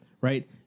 right